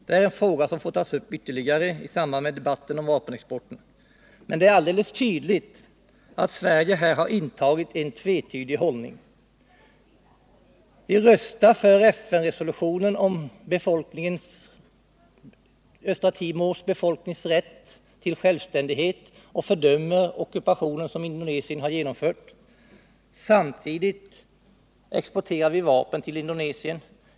Det är en fråga som får tas upp ytterligare i samband med debatten om vapenexporten, men det är alldeles tydligt att Sverige här har intagit en tvetydig hållning. Vi röstar för FN-resolutioner om befolkningens i Östra Timor rätt till självständighet och fördömer ockupationen som Indonesien har genomfört. Men samtidigt exporterar vi vapen till Indonesien.